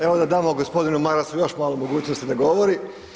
Evo da damo gospodinu Marasu još malo mogućnosti da govori.